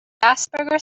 asperger